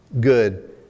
good